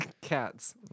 Cats